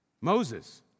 Moses